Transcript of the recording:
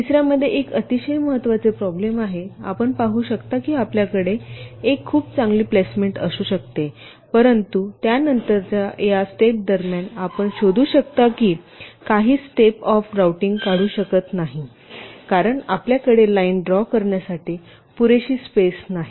तिसऱ्या मध्ये एक अतिशय महत्वाची प्रॉब्लेम आहे आपण पाहू शकता की आपल्याकडे एक खूप चांगली प्लेसमेंट असू शकते परंतु त्यानंतरच्या या स्टेप दरम्यान आपण शोधू शकता की काही स्टेप ऑफ राऊंटिंग काढू शकत नाही कारण आपल्याकडे लाईन ड्रा करण्यासाठी पुरेशी स्पेस नाही